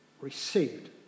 Received